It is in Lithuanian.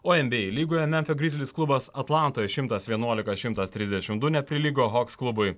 o enbyei lygoje memfio grizlys klubas atlantoje šimtas vienuolika šimtas trisdešim du neprilygo hoks klubui